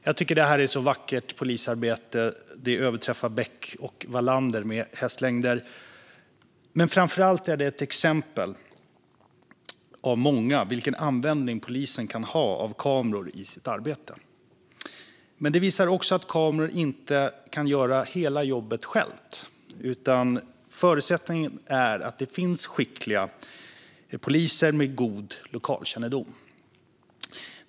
Jag tycker att detta är ett så vackert polisarbete att det överträffar Beck och Wallander med hästlängder. Framför allt är det ett exempel av många på vilken användning polisen kan ha av kameror i sitt arbete. Men det visar också att kameror inte kan göra hela jobbet själva. Förutsättningen är att det finns skickliga poliser med god lokalkännedom.